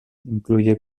incluye